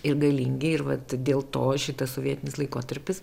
ir galingi ir vat dėl to šitas sovietinis laikotarpis